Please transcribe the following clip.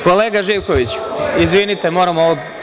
Kolega Živkoviću, izvinite, moram…